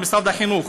במשרד החינוך,